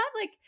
like-